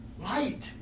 Light